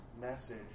message